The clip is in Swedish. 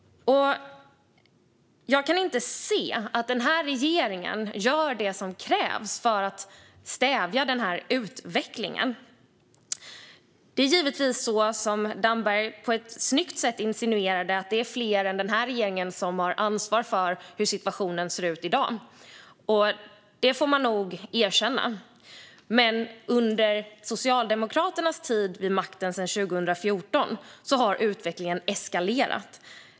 Jag kan inte se att den här regeringen gör det som krävs för att stävja denna utveckling. Det är givetvis, som Damberg på ett snyggt sätt insinuerade, fler än den här regeringen som har ansvar för hur situationen ser ut i dag. Det får man nog erkänna. Men under Socialdemokraternas tid vid makten sedan 2014 har utvecklingen eskalerat.